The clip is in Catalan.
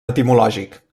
etimològic